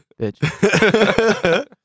bitch